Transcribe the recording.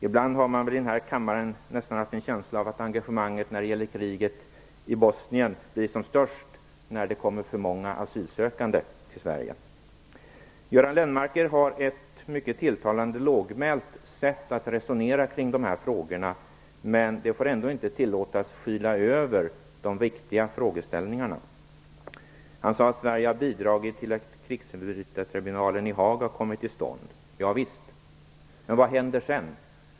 Ibland har man i denna kammare nästan haft en känsla av att engagemanget i kriget i Bosnien blir som störst när det kommer för många asylsökande till Göran Lennmarker har ett mycket tilltalande lågmält sätt att resonera kring dessa frågor, men det får ändå inte tillåtas skyla över de viktiga frågeställningarna. Han sade att Sverige har bidragit till att krigsförbrytartribunalen i Haag har kommit till stånd. Javisst, men vad händer sedan?